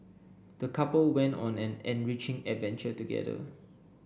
the couple went on an enriching adventure together